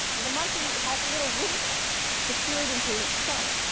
the monkey has a little window secured into his skull.